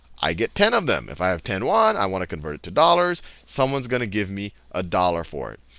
i get ten of them. if i have ten yuan, i want to convert it to dollars, someone's going to give me a dollar for it.